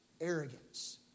arrogance